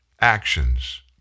actions